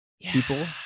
people